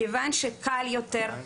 כיוון שקל יותר,